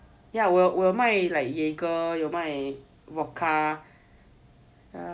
ya 我有我有卖 like jager 我有卖 vodka